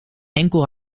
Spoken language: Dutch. enkel